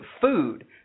food